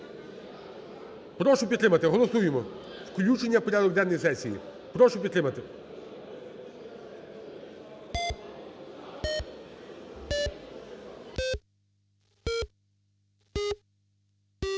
Прошу підтримати. Голосуємо включення у порядок денний сесії. Прошу підтримати.